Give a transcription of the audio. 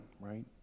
right